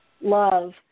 love